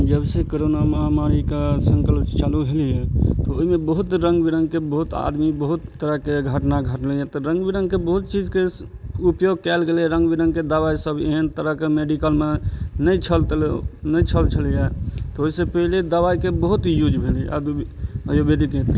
जबसँ कोरोना महामारीके सङ्कट चालू भेलइए तऽ ओइमे बहुत रङ्ग बिरङ्गके बहुत आदमी बहुत तरहके घटना घटलइए तऽ रङ्ग बिरङ्गके बहुत चीजके उपयोग कयल गेलय रङ्ग बिरङ्गके दबाइ सब एहन तरहके मेडिकलमे नहि छलय नहि छल छलइए तऽ ओइसँ पहिले दवाइके बहुत यूज भेलै आयुर्वेदिक